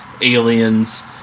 Aliens